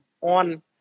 on